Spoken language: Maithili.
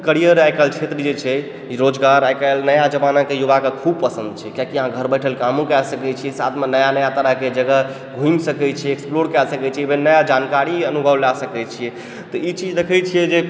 करियर आइकालि क्षेत्रमे जे छै रोजगार आइकालि नया जमानाके युवाके खूब पसन्द छै किएकि अहाँ घर बैठल कामो कए सकै छियै साथ मे नया नया तरहके जगह घूमि सकै छियै एक्सप्लोर कए सकै छियै ऐ मे नया जानकारी अनुभव लए सकै छियै तऽ ई चीज देखै छियै जे